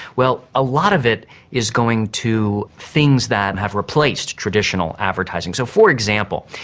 well, a lot of it is going to things that and have replaced traditional advertising. so, for example,